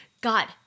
God